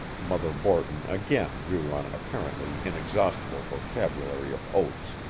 mother borton again drew on an apparently inexhaustible vocabulary of oaths.